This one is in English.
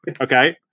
Okay